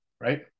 right